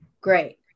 great